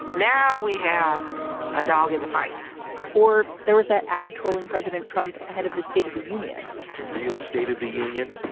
now we have a dog in the fight or there was that ad trolling president trump ahead of the state of the union the real state of the union,